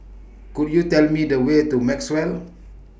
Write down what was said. Could YOU Tell Me The Way to Maxwell